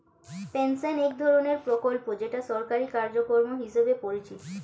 pension এক ধরনের প্রকল্প যেটা সরকারি কার্যক্রম হিসেবে পরিচিত